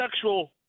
sexual